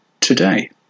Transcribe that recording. today